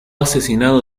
asesinado